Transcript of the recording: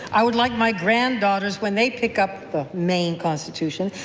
i would like my granddaughters, when they pick up the maine constitution,